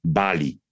bali